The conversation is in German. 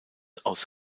aus